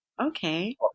Okay